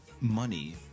money